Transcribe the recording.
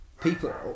people